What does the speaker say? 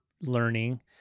learning